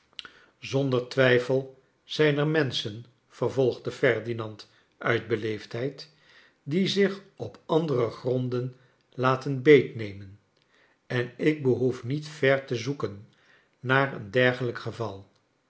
zonder twijfel zijn er menschen vervolgde ferdinand uit beleefdheid die zich op andere gronden laten beetnemen en ik behoef niet ver te zoeken naar eea dergelijk geval